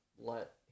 let